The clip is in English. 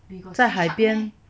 在海边